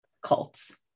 cults